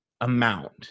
Amount